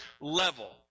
level